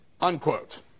Unquote